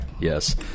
yes